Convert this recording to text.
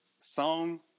song